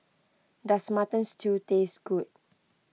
does Mutton Stew taste good